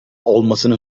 olmasını